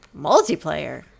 Multiplayer